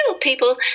people